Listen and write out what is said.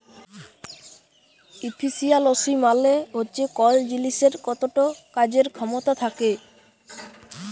ইফিসিয়ালসি মালে হচ্যে কল জিলিসের কতট কাজের খ্যামতা থ্যাকে